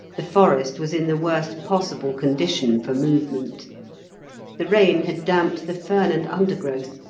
the forest was in the worst possible condition for movement the rain had damped the fern and undergrowth,